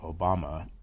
Obama